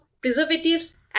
preservatives